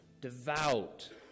devout